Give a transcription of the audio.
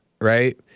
right